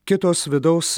kitos vidaus